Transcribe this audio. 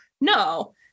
no